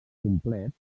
complet